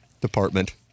department